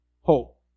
hope